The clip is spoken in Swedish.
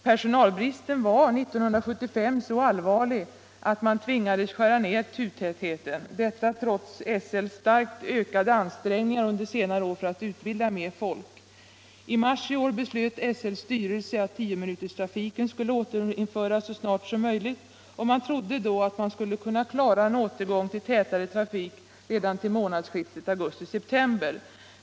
Personalbristen var 1975 så allvarlig att man tvingades skära ner turtätheten, detta trots SE:s starkt ökade ansträngningar under senare år för att utbilda mer folk. I mars i år beslöt SL:s styrelse att tiominuterstrafiken skulle återinföras så snart som möjligt. och man trodde då att man skulle kunna klara en återgång till tätare trafik redan till månadsskiftet augusti-september.